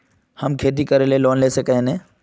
हम खेती करे ले लोन ला सके है नय?